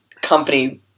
company